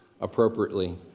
appropriately